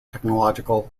technological